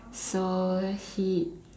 so he